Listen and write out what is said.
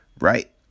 Right